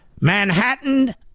Manhattan